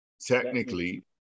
technically